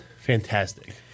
Fantastic